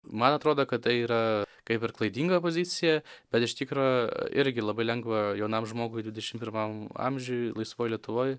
man atrodo kad tai yra kaip ir klaidinga pozicija bet iš tikro irgi labai lengva jaunam žmogui dvidešim pirmam amžiuj laisvoj lietuvoj